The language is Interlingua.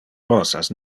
rosas